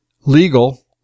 legal